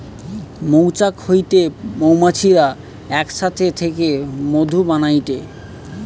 মৌচাক হইতে মৌমাছিরা এক সাথে থেকে মধু বানাইটে